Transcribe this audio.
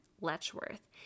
Letchworth